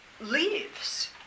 leaves